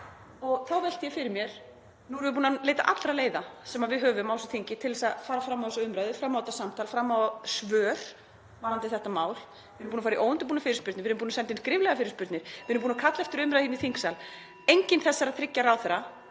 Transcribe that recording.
Og þá velti ég fyrir mér: Nú erum við búin að leita allra leiða sem við höfum á þessu þingi til þess að fara fram á þessa umræðu, fram á þetta samtal, fram á svör varðandi þetta mál. Við erum búin að fara í óundirbúnar fyrirspurnir. Við erum búin að senda inn skriflegar fyrirspurnir. (Forseti hringir.) Við erum búin að kalla eftir umræðu í þingsal. Enginn þessara þriggja ráðherra